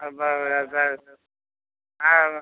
அப்புறம் அது